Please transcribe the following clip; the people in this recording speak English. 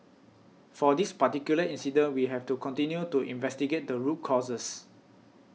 for this particular incident we have to continue to investigate the root causes